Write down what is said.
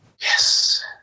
Yes